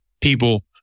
People